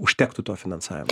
užtektų to finansavimo